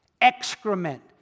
excrement